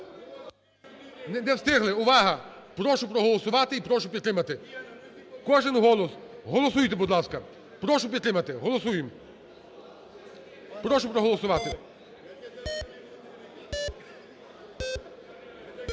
Не встигли. Увага! Прошу проголосувати і прошу підтримати. Кожен голос голосуйте, будь ласка. Прошу підтримати. Голосуємо, прошу проголосувати.